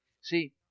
See